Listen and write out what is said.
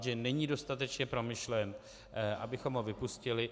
Že není dostatečně promyšlen, abychom ho vypustili.